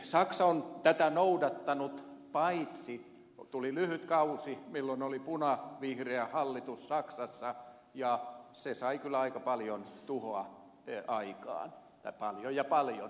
saksa on tätä noudattanut paitsi tuli lyhyt kausi milloin oli punavihreä hallitus saksassa ja se sai kyllä aika paljon tuhoa aikaan tai paljon ja paljon